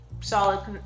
solid